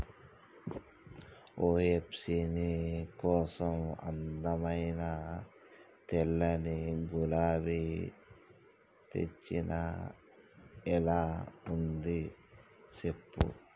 ఓయ్ హెప్సీ నీ కోసం అందమైన తెల్లని గులాబీ తెచ్చిన ఎలా ఉంది సెప్పు